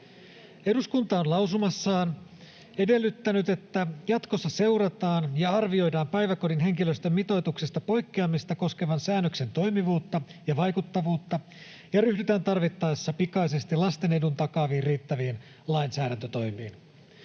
Eduskunta on lausumassaan edellyttänyt, että jatkossa seurataan ja arvioidaan päiväkodin henkilöstömitoituksesta poikkeamista koskevan säännöksen toimivuutta ja vaikuttavuutta ja ryhdytään tarvittaessa pikaisesti lasten edun takaaviin riittäviin lainsäädäntötoimiin.